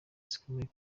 zikomeye